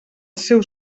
seu